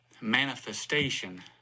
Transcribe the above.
manifestation